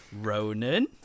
Ronan